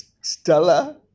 Stella